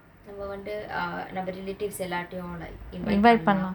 நம்ம வந்து:namma vanthu err நம்ம:namma relatives எல்லார்டயும்:ellartayum like invite பண்லாம்:panlam